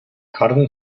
cotton